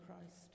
Christ